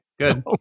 good